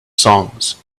songs